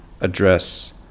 address